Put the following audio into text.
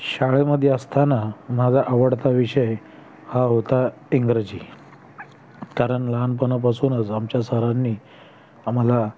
शाळेमध्ये असताना माझा आवडता विषय हा होता इंग्रजी कारण लहानपणापासूनच आमच्या सरांनी आम्हाला